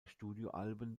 studioalben